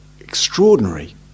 extraordinary